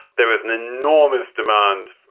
there is an enormous demand,